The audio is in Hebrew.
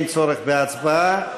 אין צורך בהצבעה.